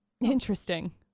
Interesting